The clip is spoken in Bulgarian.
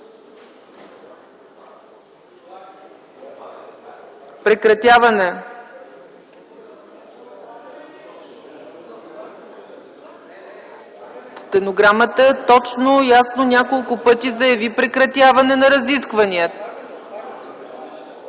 Прекратяваме. В стенограмата точно и ясно няколко пъти заяви „прекратяване на разисквания”.